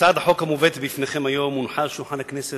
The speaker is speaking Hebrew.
הצעת החוק המובאת בפניכם היום הונחה על שולחן הכנסת